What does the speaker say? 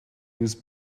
was